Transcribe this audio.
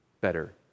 better